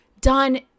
done